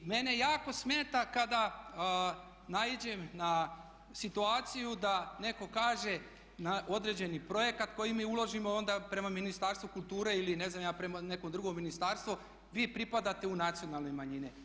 Mene jako smeta kada naiđem na situaciju da netko kaže na određeni projekt koji mi uložimo onda prema Ministarstvu kulture ili ne znam prema nekom drugom ministarstvu vi pripadate u nacionalne manjine.